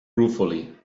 ruefully